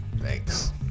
thanks